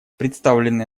представленный